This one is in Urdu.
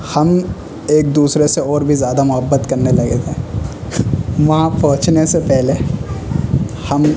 ہم ایک دوسرے سے اور بھی زیادہ محبت کرنے لگے تھے وہاں پہنچنے سے پہلے ہم